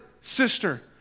sister